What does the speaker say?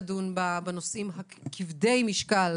נושאים כבדי משקל